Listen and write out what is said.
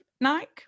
Nike